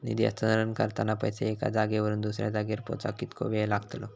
निधी हस्तांतरण करताना पैसे एक्या जाग्यावरून दुसऱ्या जाग्यार पोचाक कितको वेळ लागतलो?